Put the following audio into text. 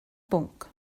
bwnc